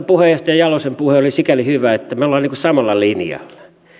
puheenjohtaja jalosen puhe oli sikäli hyvä että me olemme niin kuin samalla linjalla